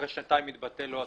אחרי שנתיים מתבטל לו הפטור.